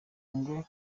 ngo